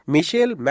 Michelle